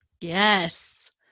Yes